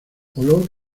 olor